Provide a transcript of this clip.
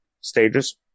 stages